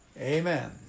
Amen